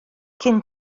cyn